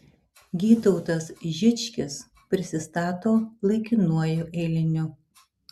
gytautas žičkis prisistato laikinuoju eiliniu